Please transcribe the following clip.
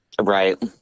Right